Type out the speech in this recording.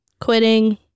quitting